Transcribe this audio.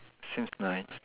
seems nice